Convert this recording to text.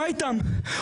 אם היא זוכרת אותם,